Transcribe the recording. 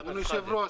אדוני היושב-ראש,